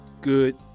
good